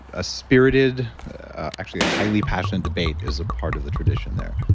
a spirited actually a highly passionate debate is a part of the tradition there.